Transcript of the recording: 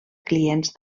clients